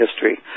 history